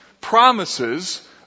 promises